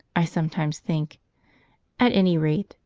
i sometimes think at any rate,